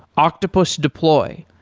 octopus deploy,